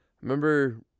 remember